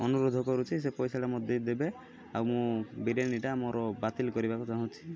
ଅନୁରୋଧ କରୁଛି ସେ ପଇସାଟା ମୋ ଦେଇଦେବେ ଆଉ ମୁଁ ବିରିୟାନୀଟା ମୋର ବାତିଲ କରିବାକୁ ଚାହୁଁଛି